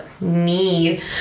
need